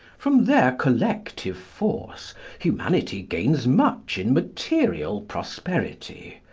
from their collective force humanity gains much in material prosperity.